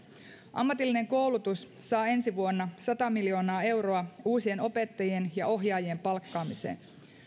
ammatillinen koulutus saa ensi vuonna sata miljoonaa euroa uusien opettajien ja ohjaajien palkkaamiseen